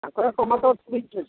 ହଁ ଟମାଟୋ ଅଛି ବିନ୍ସ ଅଛି